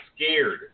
scared